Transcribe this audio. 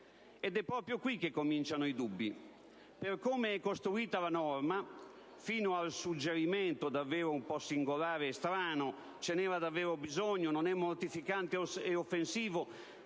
Ma è proprio qui che cominciano i dubbi per come è costruita la norma. Si arriva al suggerimento davvero un po' singolare e strano, di cui non so se ve ne era davvero bisogno (non è mortificante e offensivo